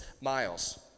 miles